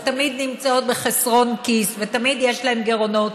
ותמיד נמצאות בחסרון כיס ותמיד יש להן גירעונות,